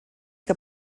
que